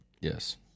Yes